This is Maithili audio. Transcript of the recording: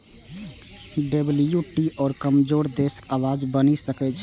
डब्ल्यू.टी.ओ कमजोर देशक आवाज बनि सकै छै